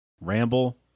ramble